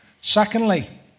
Secondly